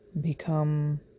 Become